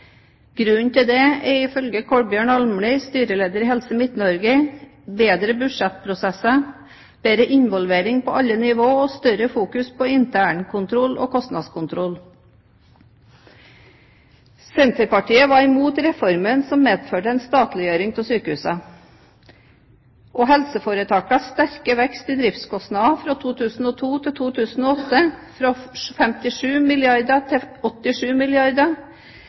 Grunnen til det er ifølge Kolbjørn Almlid, styreleder i Helse Midt-Norge, bedre budsjettprosesser, bedre involvering på alle nivåer og større fokus på internkontroll og kostnadskontroll. Senterpartiet var imot reformen som medførte en statliggjøring av sykehusene. Helseforetakenes sterke vekst i driftskostnader fra 2002 til 2008, fra 57 milliarder kr til 87 milliarder